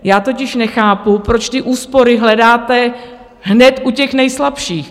Já totiž nechápu, proč ty úspory hledáte hned u těch nejslabších.